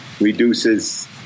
reduces